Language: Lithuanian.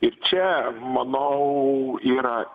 ir čia manau yra